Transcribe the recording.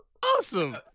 Awesome